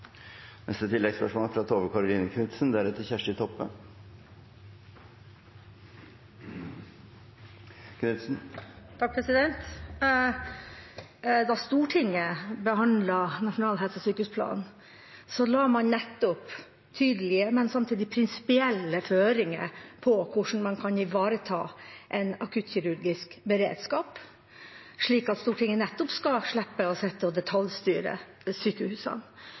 Tove Karoline Knutsen – til oppfølgingsspørsmål. Da Stortinget behandlet Nasjonal helse- og sykehusplan, la man tydelige, men samtidig prinsipielle, føringer for hvordan man kan ivareta en akuttkirurgisk beredskap, slik at Stortinget skal slippe å sitte og detaljstyre sykehusene.